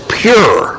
pure